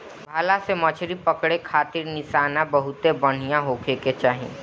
भाला से मछरी पकड़े खारित निशाना बहुते बढ़िया होखे के चाही